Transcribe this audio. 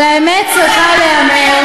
אבל האמת צריכה להיאמר,